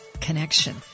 connection